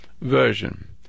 version